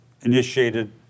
initiated